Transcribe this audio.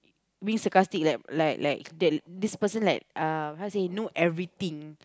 being sarcastic like like like that this person like uh how to say know everything